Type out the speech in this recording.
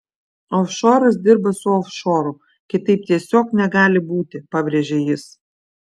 ofšoras dirba su ofšoru kitaip tiesiog negali būti pabrėžė jis